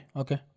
okay